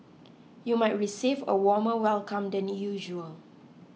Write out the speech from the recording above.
you might receive a warmer welcome than usual